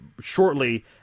shortly